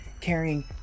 carrying